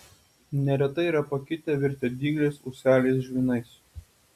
neretai yra pakitę virtę dygliais ūseliais žvynais